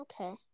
Okay